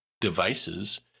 devices